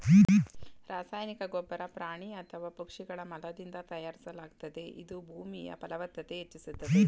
ರಾಸಾಯನಿಕ ಗೊಬ್ಬರ ಪ್ರಾಣಿ ಅಥವಾ ಪಕ್ಷಿಗಳ ಮಲದಿಂದ ತಯಾರಿಸಲಾಗ್ತದೆ ಇದು ಭೂಮಿಯ ಫಲವ್ತತತೆ ಹೆಚ್ಚಿಸ್ತದೆ